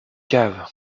cave